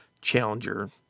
Challenger